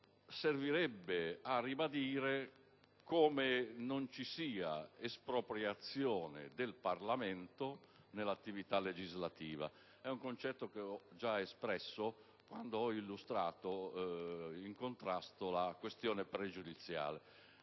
servirebbe a ribadire come non ci sia espropriazione del Parlamento nell'attività legislativa; è un concetto che ho già espresso quando ho illustrato il mio contrasto alla questione pregiudiziale